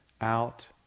out